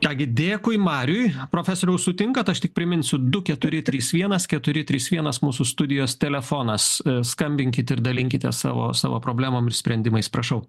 ką gi dėkui mariui profesoriau sutinkat aš tik priminsiu du keturi trys vienas keturi trys vienas mūsų studijos telefonas skambinkit ir dalinkitės savo savo problemom ir sprendimais prašau